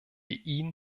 ihn